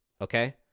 Okay